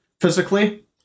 physically